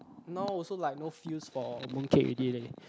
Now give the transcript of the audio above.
now also like no feels for moon cake already leh